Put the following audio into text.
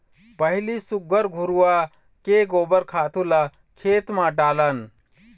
पहिली सुग्घर घुरूवा के गोबर खातू ल खेत म डालन